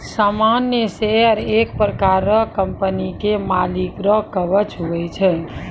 सामान्य शेयर एक प्रकार रो कंपनी के मालिक रो कवच हुवै छै